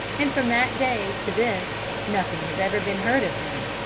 and from that day to this nothing has ever been heard of him.